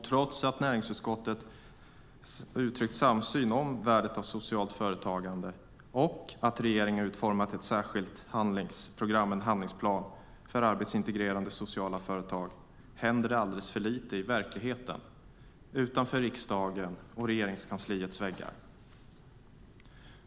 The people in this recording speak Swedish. Trots att näringsutskottet uttryckt samsyn om värdet av socialt företagande och regeringen utformat en särskild handlingsplan för arbetsintegrerande sociala företag händer det alldeles för lite i verkligheten utanför riksdagens och Regeringskansliets väggar.